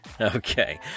Okay